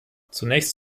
zunächst